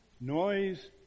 Noise